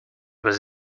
was